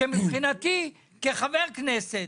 שמבחינתי כחבר כנסת,